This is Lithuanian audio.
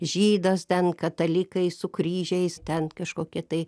žydas ten katalikai su kryžiais ten kažkokie tai